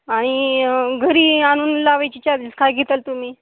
आणि घरी आणून लावायची चार्जेस काय घेता तुम्ही